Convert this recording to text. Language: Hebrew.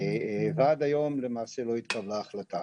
ועד היום למעשה, לא התקבלה החלטה.